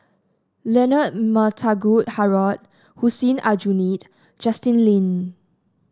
Leonard Montague Harrod Hussein Aljunied Justin Lean